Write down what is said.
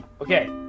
okay